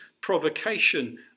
provocation